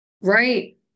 Right